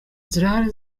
zirahari